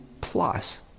plus